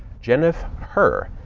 jeniff her.